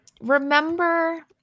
remember